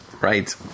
Right